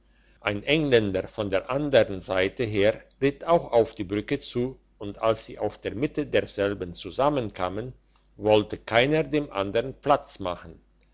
ein engländer von der andern seite her ritt auch auf die brücke zu und als sie auf der mitte derselben zusammenkamen wollte keiner dem andern platz machen